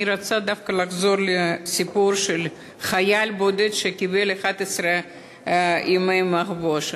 אני רוצה דווקא לחזור לסיפור של החייל הבודד שקיבל 11 ימי מחבוש.